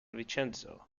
vincenzo